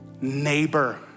Neighbor